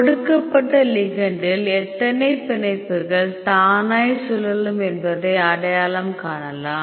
கொடுக்கப்பட்ட லிகெண்டில் எத்தனை பிணைப்புகள் தானாய் சுழலும் என்பதை அடையாளம் காணலாம்